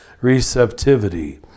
receptivity